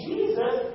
Jesus